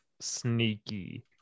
sneaky